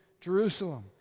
Jerusalem